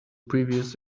previous